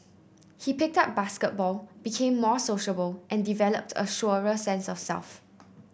he picked up basketball became more sociable and developed a surer sense of self